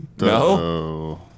no